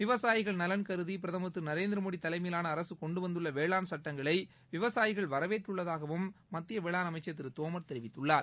விவசாயிகள் நலன் கருதி பிரதமர் திரு நரேந்திரமோடி தலைமையிலான அரசு கொண்டுவந்துள்ள வேளாண் சட்டங்களை விவசாயிகள் வரவேற்றுள்ளதாகவும் மத்திய வேளாண் அமைச்சர் திரு தோமர் தெரிவித்துள்ளார்